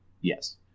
yes